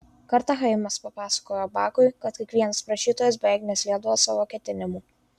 kartą chaimas papasakojo bakui kad kiekvienas prašytojas beveik neslėpdavo savo ketinimų